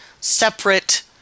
separate